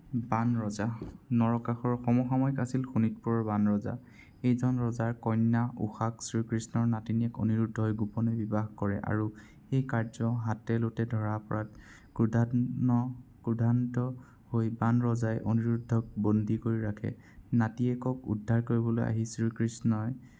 বাণ ৰজা নৰকাসুৰৰৰ সমসাময়িক আছিল শোণিতপুৰৰ বান ৰজা এইজন ৰজাৰ কন্যাক উষাক শ্ৰীকৃষ্ণৰ নাতিনিয়েক অনিৰুদ্ধই গোপনে বিবাহ কৰে আৰু সেই কাৰ্য্য হাতে লোটে ধৰা পৰাত ক্ৰোধাগ্ন হৈ বান ৰজাই অনিৰুদ্ধক বন্দী কৰি ৰাখে নাতিয়েকক উদ্ধাৰ কৰিবলৈ আহি শ্ৰীকৃষ্ণই